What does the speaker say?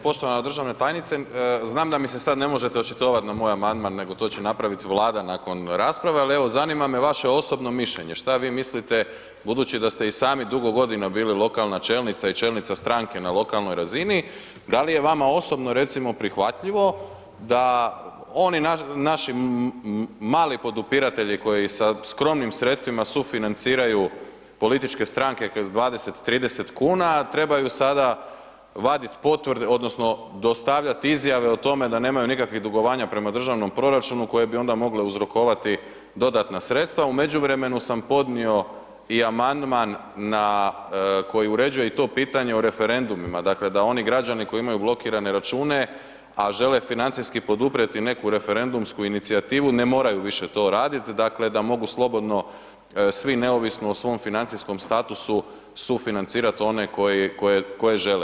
Poštovana državna tajnice, znam da mi se sad ne možete očitovati na moj amandman, nego to će napraviti Vlada nakon rasprave, ali evo zanima me vaše osobno mišljenje, šta vi mislite budući da ste i sami dugo godina bili lokalna čelnica i čelnica stranke na lokalnoj razini, da li je vama osobno recimo prihvatljivo, da oni naši mali podupiratelji koji sa skromnim sredstvima sufinanciraju političke stranke ... 20, 30 kuna, trebaju sada vadit potvrde odnosno dostavljati izjave o tome da nemaju nikakvih dugovanja prema državnom proračunu koje bi onda mogle uzrokovati dodatna sredstva, u međuvremenu sam podnio i amandman na, koji uređuje i to pitanje o referendumima, dakle da oni građani koji imaju blokirane račune, a žele financijski poduprijeti neku referendumsku inicijativu, ne moraju više to radit, dakle da mogu slobodno svi neovisno o svom financijskom statusu sufinancirat one koji, koje žele.